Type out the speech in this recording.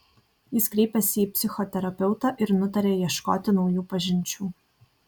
jis kreipėsi į psichoterapeutą ir nutarė ieškoti naujų pažinčių